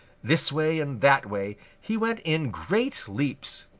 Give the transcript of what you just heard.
this way and that way he went in great leaps.